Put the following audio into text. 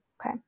Okay